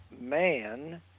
man